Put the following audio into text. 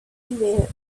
well